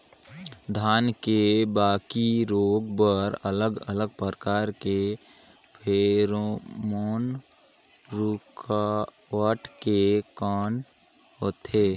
धान के बाकी रोग बर अलग अलग प्रकार के फेरोमोन रूकावट के कौन होथे?